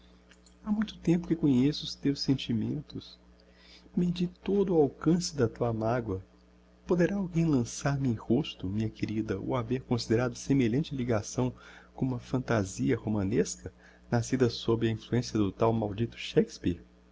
ha muito tempo que conheço os teus sentimentos medi todo o alcance da tua magua poderá alguem lançar-me em rosto minha querida o haver considerado semelhante ligação como uma phantasia romanesca nascida sob a influencia do tal maldito